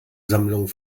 sammlung